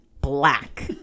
black